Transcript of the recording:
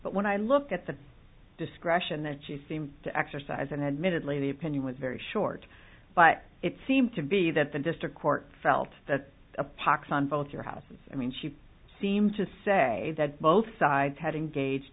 but when i looked at the discretion that she seemed to exercise and admittedly the opinion was very short but it seemed to be that the district court felt that a pox on both your houses i mean she seemed to say that both sides had engaged